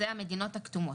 אלו המדינות הכתומות,